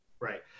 Right